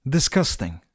Disgusting